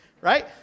right